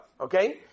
okay